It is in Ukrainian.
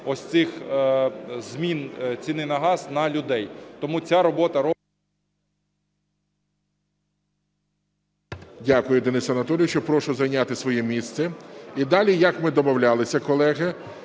ось цих змін ціни на газ на людей. Тому ця робота … ГОЛОВУЮЧИЙ. Дякую, Денисе Анатолійовичу. Прошу зайняти своє місце. І далі, як ми домовлялися, колеги,